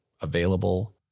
available